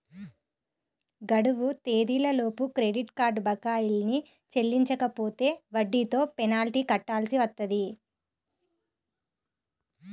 గడువు తేదీలలోపు credit card బకాయిల్ని చెల్లించకపోతే వడ్డీతో పెనాల్టీ కట్టాల్సి వత్తది